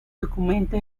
documento